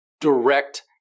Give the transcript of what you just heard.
direct